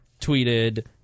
tweeted